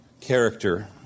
character